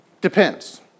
depends